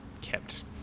kept